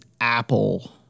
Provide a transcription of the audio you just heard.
apple